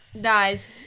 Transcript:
Dies